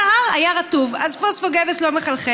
כל ההר היה רטוב, אז עם פוספוגבס זה לא מחלחל.